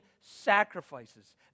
sacrifices